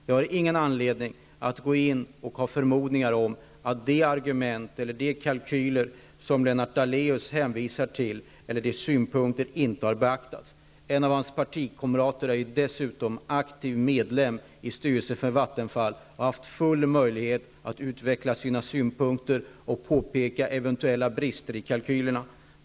Jag har ingen anledning att förmoda att de argument, kalkyler och synpunkter Lennart Daléus hänvisar till inte har beaktats. En av hans partikamrater är dessutom en aktiv medlem i styrelsen för Vattenfall och har haft möjlighet att utveckla sina synpunkter och påpeka eventuella brister i kalkylerna.